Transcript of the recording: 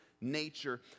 nature